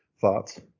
thoughts